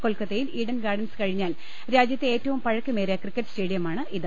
കൊൽക്കത്തയിൽ Eden Gardens കഴിഞ്ഞാൽ രാജ്യത്തെ ഏറ്റവും പഴക്കമേ റിയ ക്രിക്കറ്റ് സ്റ്റേഡിയമാണ് ഇത്